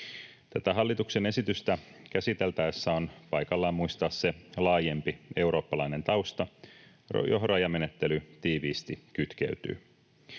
hallituksen esitystä käsiteltäessä on paikallaan muistaa se laajempi eurooppalainen tausta, johon rajamenettely tiiviisti kytkeytyy.